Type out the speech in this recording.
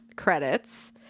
Credits